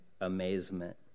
amazement